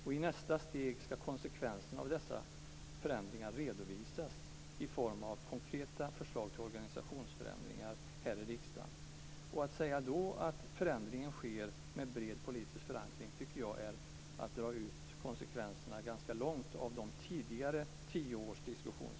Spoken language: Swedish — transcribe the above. I nästa steg ska konsekvenserna av förändringarna redovisas i form av konkreta förslag till organisationsförändringar här i riksdagen. Att då säga att förändringen sker med bred politisk förankring tycker jag är att dra ut konsekvenserna ganska långt av den tidigare tioårsdiskussionen.